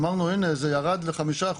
אמרנו הנה זה ירד ל-5%,